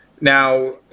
Now